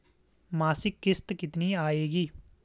मासिक किश्त कितनी आएगी?